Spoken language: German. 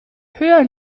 höher